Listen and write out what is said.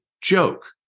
joke